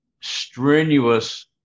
strenuous